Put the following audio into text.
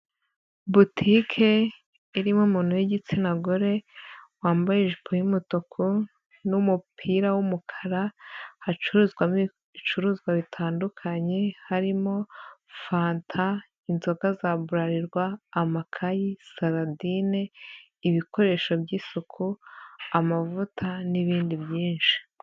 Botike irimo umuntu w'igitsina gore, wambaye ijipo y'umutuku n'umupira w'umukara, hacuruzwamo ibicuruzwa bitandukanye, harimo fanta, inzoga za Buralirwa, amakayi, saladine, ibikoresho by'isuku, amavuta n'ibindi byinshi.